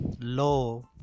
law